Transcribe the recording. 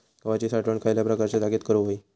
गव्हाची साठवण खयल्या प्रकारच्या जागेत करू होई?